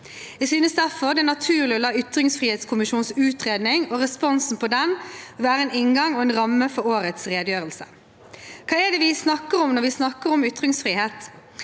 Jeg synes derfor det er naturlig å la ytringsfrihetskommisjonens utredning og responsen på den være en inngang og en ramme for årets redegjørelse. Hva er det vi snakker om når vi snakker om ytringsfrihet?